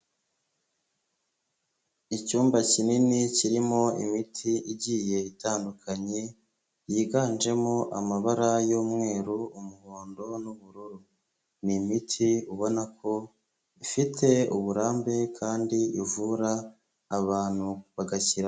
Icyumba kinini kirimo imiti igiye itandukanye yiganjemo amabara y'umweru, umuhondo, n'ubururu. Ni imiti ubona ko ifite uburambe kandi ivura abantu bagashyira...